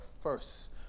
first